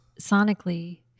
sonically